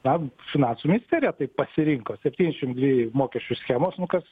na finansų ministerija taip pasirinko septyniasdešimt dvi mokesčių schemos nu kas